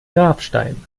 grabstein